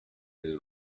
nel